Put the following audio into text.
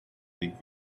des